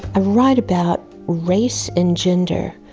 i write about race and gender,